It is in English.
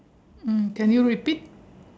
mm can you repeat